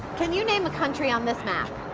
can you name a country on this map?